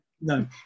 No